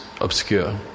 obscure